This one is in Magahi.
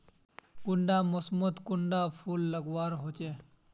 कुंडा मोसमोत कुंडा फुल लगवार होछै?